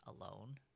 alone